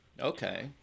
Okay